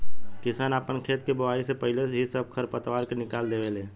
किसान आपन खेत के बोआइ से पाहिले ही सब खर पतवार के निकलवा देवे ले